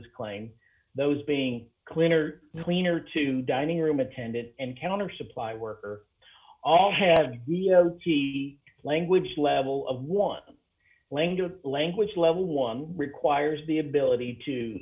his claim those being cleaner cleaner to dining room attendant and counter supply worker all have t language level of one language a language level one requires the ability to